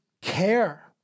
care